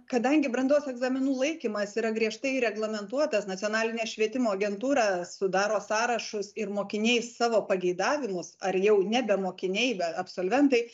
kadangi brandos egzaminų laikymas yra griežtai reglamentuotas nacionalinė švietimo agentūra sudaro sąrašus ir mokiniai savo pageidavimus ar jau nebe mokiniai absolventai